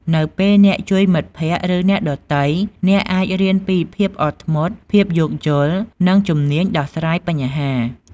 នៅពេលអ្នកជួយមិត្តភក្ដិ ឬអ្នកដទៃ អ្នកអាចរៀនពីភាពអត់ធ្មត់ ភាពយោគយល់ និងជំនាញដោះស្រាយបញ្ហា។